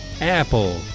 Apple